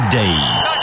days